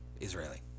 Israeli